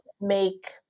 make